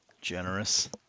generous